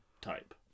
type